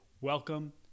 welcome